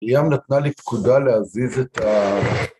‫היא גם נתנה לי פקודה להזיז את ה...